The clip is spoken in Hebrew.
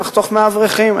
נחתוך מהאברכים,